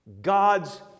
God's